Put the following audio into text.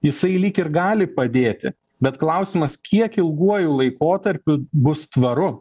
jisai lyg ir gali padėti bet klausimas kiek ilguoju laikotarpiu bus tvaru